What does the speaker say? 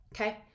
Okay